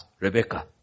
Rebecca